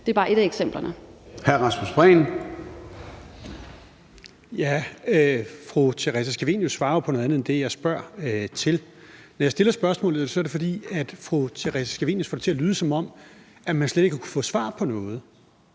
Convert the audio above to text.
Det er bare ét af eksemplerne.